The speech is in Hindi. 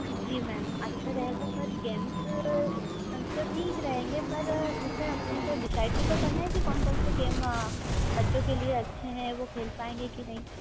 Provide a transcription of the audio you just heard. जी मैम अच्छा रहेगा पर गेम्स तो ठीक रहेंगे पर उसे अपने को डिसाइड भी तो करना है कि कौन कौन से गेम बच्चों के लिए अच्छे हैं वो खेल पाएंगे कि नहीं